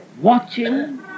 watching